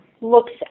looks